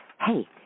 hey